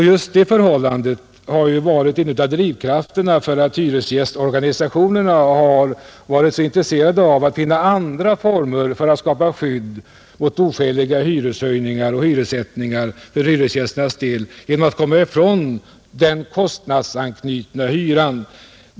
Just det förhållandet att sådana förekommer har varit en av drivkrafterna när hyresgästorganisationerna har varit så intresserade av att finna andra former för att skapa skydd mot oskäliga hyreshöjningar och hyressättningar genom att komma ifrån den kostnadsanknutna hyran.